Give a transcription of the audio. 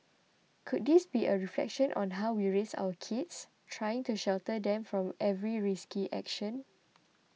could this be a reflection on how we raise our kids trying to shelter them from every risky action